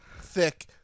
thick